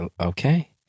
okay